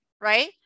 right